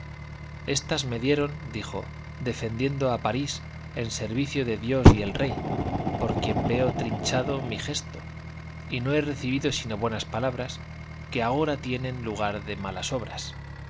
estas me dieron dijo defendiendo a parís en servicio de dios y del rey por quien veo trinchado mi gesto y no he recibido sino buenas palabras que agora tienen lugar de malas obras